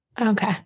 okay